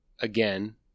again